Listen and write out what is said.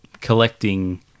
collecting